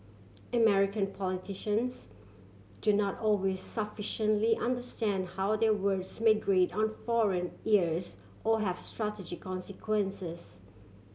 American politicians do not always sufficiently understand how their words may grate on foreign ears or have strategic consequences